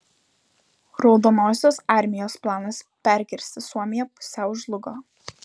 raudonosios armijos planas perkirsti suomiją pusiau žlugo